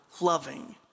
loving